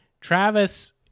Travis